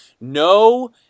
no